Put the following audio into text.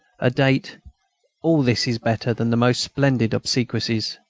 a date all this is better than the most splendid obsequies.